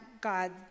God